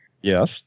Yes